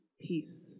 peace